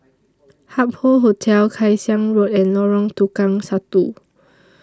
Hup Hotel Kay Siang Road and Lorong Tukang Satu